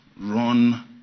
run